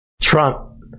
Trump